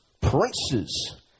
princes